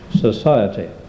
society